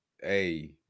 hey